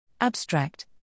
Abstract